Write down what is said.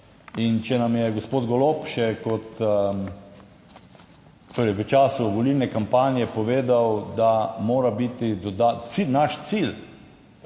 In če nam je gospod Golob še kot torej v času volilne kampanje povedal, da mora biti cilj,